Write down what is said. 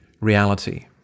reality